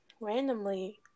randomly